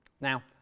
Now